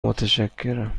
متشکرم